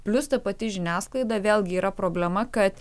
plius ta pati žiniasklaida vėlgi yra problema kad